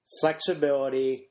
flexibility